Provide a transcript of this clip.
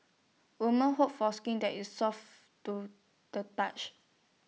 woman hope for skin that is soft to the touch